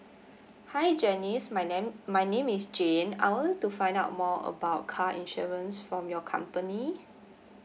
hi janice my name my name is jane I want to find out more about car insurance from your company